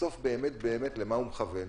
בסוף באמת באמת למה הוא מכוון?